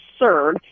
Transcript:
absurd